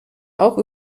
auch